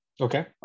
okay